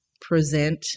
present